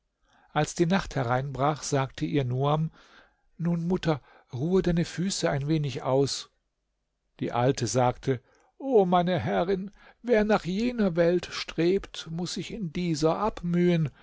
als die nacht hereinbrach sagte ihr nuam nun mutter ruhe deine füße ein wenig aus die alte sagte o meine herrin wer nach jener welt strebt muß sich in dieser abmühen